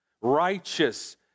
righteous